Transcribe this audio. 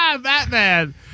Batman